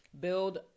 build